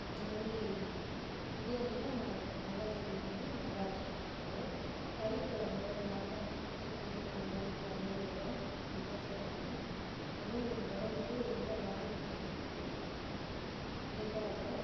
இந்தமாதிரி பிரியாணில்லாம் நல்லா செய்வாங்க நல்லாயிருக்கும் சாப்பாடு கறிக்குழம்பு மட்டன் சிக்கன் அதுமாதிரி குழம்புகள்லாம் நீட்டாக செய்வாங்க அதுவும் உடம்புக்கு எந்த பாதிப்பும் இல்லாத மாதிரி நீட்டாக இருக்கும்